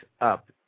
up